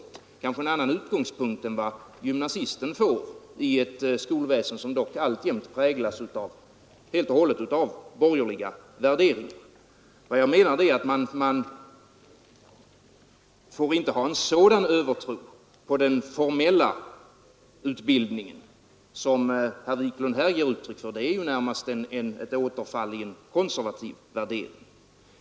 Han har kanske en annan utgångspunkt än vad gymnasisten får i ett skolväsen som dock alltjämt präglas helt och hållet av borgerliga värderingar. Vad jag menar är att man inte får ha en sådan övertro på den formella utbildningen som herr Wiklund här ger uttryck för — det är ju närmast ett återfall i en konservativ värdering.